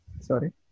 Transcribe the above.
Sorry